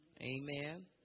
Amen